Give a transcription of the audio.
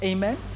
Amen